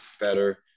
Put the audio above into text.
better